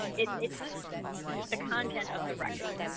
it's the content of the record.